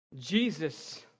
Jesus